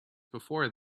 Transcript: before